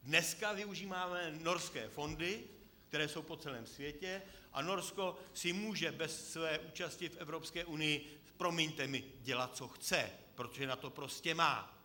Dneska využíváme Norské fondy, které jsou po celém světě, a Norsko si může bez své účasti v Evropské unii promiňte mi dělat, co chce, protože na to prostě má.